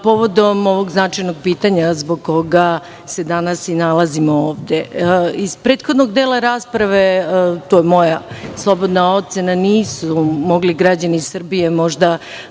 povodom ovog značajnog pitanja zbog koga se nalazimo ovde. Iz prethodnog dela rasprave, to je moja slobodna ocena, nisu mogli građani Srbije,